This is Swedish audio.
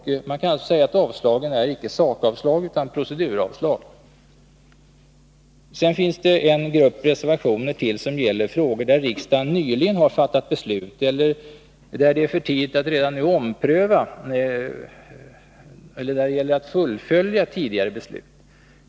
Man kan alltså säga att det inte är sakavslag utan proceduravslag. Sedan finns det en grupp reservationer som gäller frågor där riksdagen nyligen har fattat beslut, eller där det är för tidigt att ompröva tidigare beslut, eller där det gäller att fullfölja tidigare beslut.